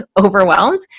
overwhelmed